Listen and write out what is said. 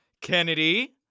Kennedy